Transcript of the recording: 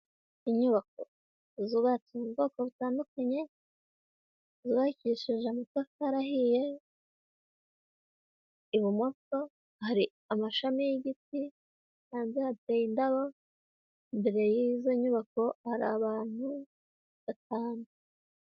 Inyubako zubatse mu bwoko butandukanye zubakishije amatafari ahiye, ibumoso hari amashami y'igiti hanze hateye indabo, imbere y'izo nyubako hari abantu batanu.